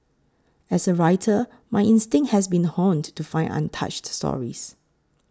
as a writer my instinct has been honed to find untouched stories